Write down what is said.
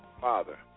Father